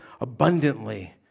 abundantly